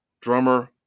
Drummer